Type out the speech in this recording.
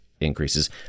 increases